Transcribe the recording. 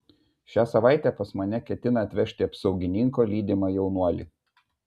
šią savaitę pas mane ketina atvežti apsaugininko lydimą jaunuolį